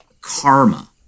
Karma